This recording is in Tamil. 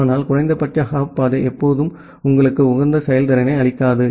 ஆனால் குறைந்தபட்ச ஹாப் பாதை எப்போதும் உங்களுக்கு உகந்த செயல்திறனை அளிக்காது